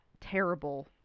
terrible